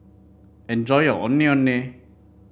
enjoy your Ondeh Ondeh